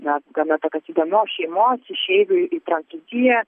na gana tokios įdomios šeimos išeivių į prancūziją